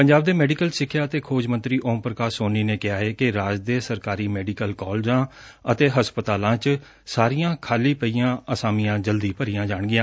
ਪੰਜਾਬ ਦੇ ਸੈਡੀਕਲ ਸਿੱਖਿਆ ਅਤੇ ਖੋਜ ਮੰਤਰੀ ਓਮ ਪ੍ਰਕਾਸ਼ ਸੋਨੀ ਨੇ ਕਿਹਾ ਏ ਕਿ ਰਾਜ ਦੇ ਸਰਕਾਰੀ ਮੈਡੀਕਲ ਕਾਲਜਾਂ ਅਤੇ ਹਸਪਤਾਲਾਂ ਚ ਸਾਰੀਆਂ ਖਾਲੀ ਪਈਆਂ ਅਸਾਮੀਆਂ ਜਲਦੀ ਭਰੀਆਂ ਜਾਣਗੀਆਂ